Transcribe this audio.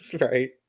right